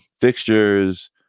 fixtures